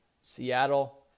Seattle